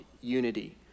unity